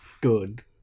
Good